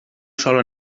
sola